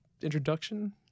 introduction